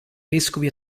vescovi